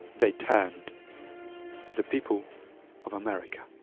they turned to the people of america.